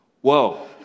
Whoa